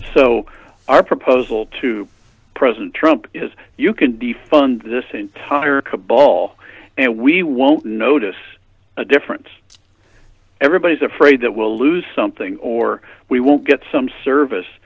so our proposal to president trump is you can defund this entire cobol and we won't notice a difference everybody's afraid that will lose something or we won't get some service